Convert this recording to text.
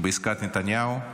בעסקת נתניהו.